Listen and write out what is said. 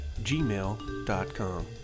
gmail.com